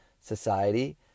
society